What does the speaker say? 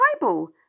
Bible